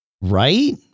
right